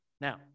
Now